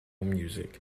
music